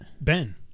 Ben